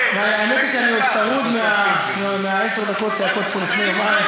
האמת היא שאני עוד צרוד מעשר הדקות של צעקות פה לפני יומיים.